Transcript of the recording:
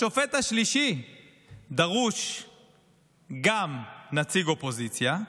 בשופט השלישי דרוש גם נציג אופוזיציה,